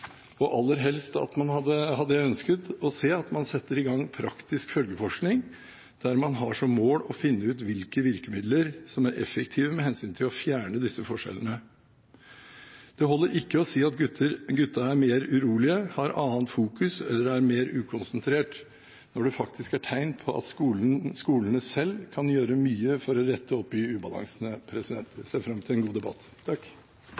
langt. Aller helst hadde jeg ønsket å se at man setter i gang praktisk følgeforskning der man har som mål å finne ut hvilke virkemidler som er effektive med hensyn til å fjerne disse forskjellene. Det holder ikke å si at gutta er mer urolige, har annet fokus eller er mer ukonsentrerte, når det faktisk er tegn på at skolene selv kan gjøre mye for å rette opp i ubalansene. Jeg ser fram til en god debatt.